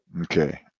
Okay